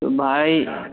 تو بھائی